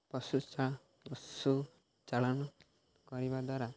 ପଶୁ ପଶୁପାଳନ କରିବା ଦ୍ୱାରା